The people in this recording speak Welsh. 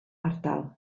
ardal